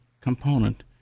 component